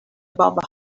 above